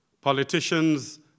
Politicians